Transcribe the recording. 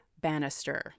Bannister